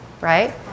right